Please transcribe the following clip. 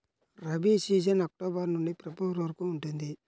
rabi season October నుండి February వరకు ఉంటుంది